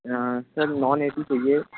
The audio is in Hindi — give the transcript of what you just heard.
हाँ सर नॉन ऐ सी चाहिए